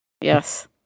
Yes